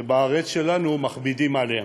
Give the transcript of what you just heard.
ובארץ שלנו מכבידים עליהם.